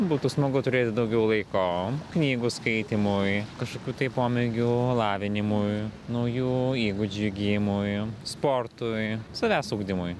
būtų smagu turėti daugiau laiko knygų skaitymui kažkokių tai pomėgių lavinimui naujų įgūdžių įgijimui sportui savęs ugdymui